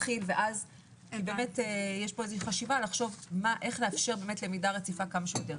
יש פה חשיבה איך לאפשר למידה רציפה כמה שיותר.